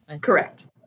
correct